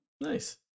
Nice